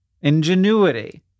Ingenuity